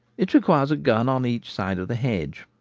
it requires a gun on each side of the hedge.